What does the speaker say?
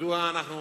מדוע אנחנו